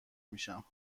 میشم